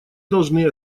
должны